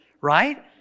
right